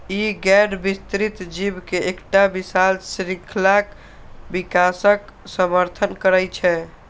ई गैर विस्तृत जीव के एकटा विशाल शृंखलाक विकासक समर्थन करै छै